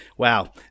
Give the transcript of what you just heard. Wow